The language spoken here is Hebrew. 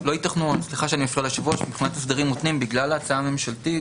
לא ייתכנו מבחינת הסדרים מותנים בגלל ההצעה הממשלתית,